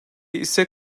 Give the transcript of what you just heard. ise